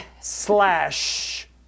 slash